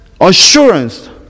assurance